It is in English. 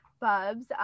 bubs